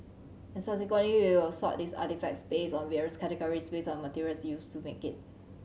and subsequently we will sort these artefacts based on various categories based on materials used to make it